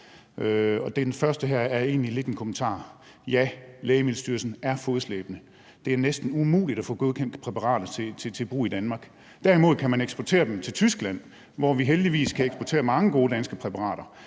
lidt en kommentar: Ja, Lægemiddelstyrelsen er fodslæbende. Det er næsten umuligt at få godkendt præparater til brug i Danmark. Derimod kan man eksportere dem til Tyskland, hvor vi heldigvis kan eksportere mange gode danske præparater,